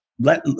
Let